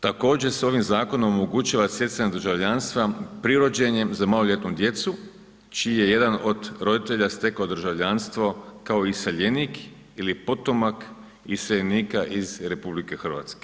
Također se ovim zakonom omogućava stjecanje državljanstva pri rođenjem za maloljetnu djecu čiji je jedan od roditelja stekao državljanstvo kao iseljenik ili potomak iseljenika iz RH.